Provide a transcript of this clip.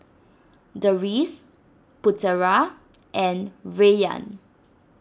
Deris Putera and Rayyan